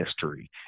history